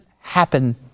happen